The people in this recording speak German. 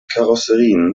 karosserien